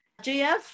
jf